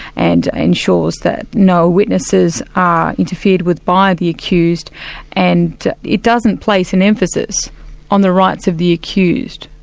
and ensures that no witnesses are interfered with by the accused and it doesn't place an emphasis on the rights of the accused.